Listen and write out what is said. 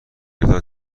گرفتن